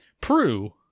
Prue